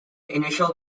initial